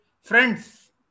friends